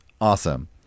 Awesome